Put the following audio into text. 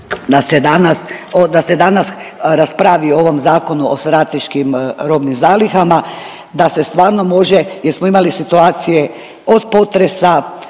da se danas raspravi o ovom Zakonu o strateškim robnim zalihama da se stvarno može jer smo imali situacije od potresa,